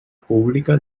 pública